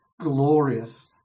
glorious